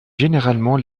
généralement